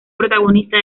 protagonista